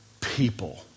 people